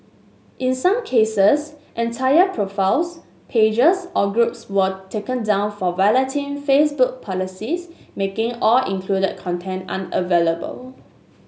in some cases entire profiles pages or groups were taken down for violating Facebook policies making all included content unavailable